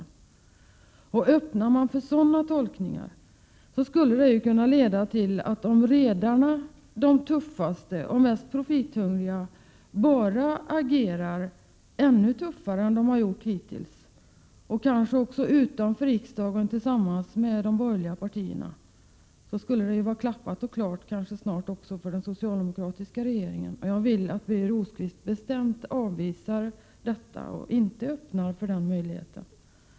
Om man öppnar för sådana tolkningar skulle detta, om de tuffaste och mest profithungriga redarna bara agerade ännu tuffare än vad de gjort hittills och kanske även utanför riksdagen tillsammans med de borgerliga partierna, kunna leda till att det snart är klappat och klart också för den socialdemokratiska regeringen. Jag vill att Birger Rosqvist bestämt avvisar detta och inte öppnar för den möjligheten.